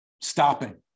stopping